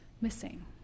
missing